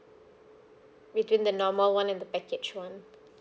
between the normal one and the package one